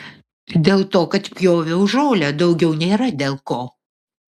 dėl to kad pjoviau žolę daugiau nėra dėl ko